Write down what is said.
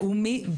לאומי ,